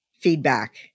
feedback